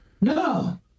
No